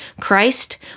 Christ